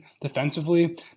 defensively